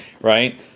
right